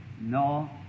No